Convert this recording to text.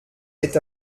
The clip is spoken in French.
est